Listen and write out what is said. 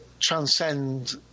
transcend